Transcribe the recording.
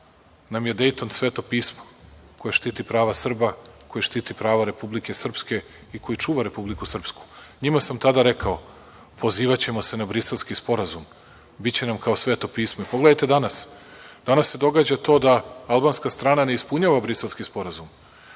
nam je Dejton sveto pismo koje štiti prava Srba, koje štiti pravo Republike Srpske i koje čuva Republiku Srpsku. Njima sam tada rekao – Pozivaćemo se na Briselski sporazum, biće nam kao sveto pismo. Pogledajte danas, danas se događa to da albanska strana ne ispunjava Briselski sporazum.